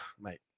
mate